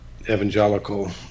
evangelical